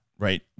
Right